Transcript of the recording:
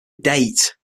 date